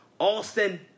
Austin